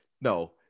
No